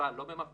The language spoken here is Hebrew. וצה"ל לא ממפה.